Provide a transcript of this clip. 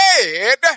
Dead